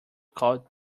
called